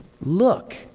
Look